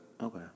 Okay